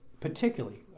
particularly